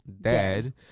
dead